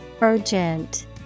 Urgent